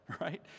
right